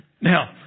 Now